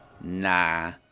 Nah